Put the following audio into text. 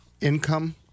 Income